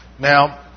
Now